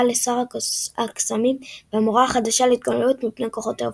לשר הקסמים והמורה החדשה להתוגננות מפני כוחות האופל.